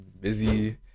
busy